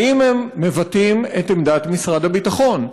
האם הם מבטאים את עמדת משרד הביטחון?